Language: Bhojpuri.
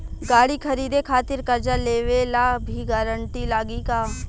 गाड़ी खरीदे खातिर कर्जा लेवे ला भी गारंटी लागी का?